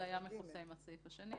זה היה מכוסה עם הסעיף השני.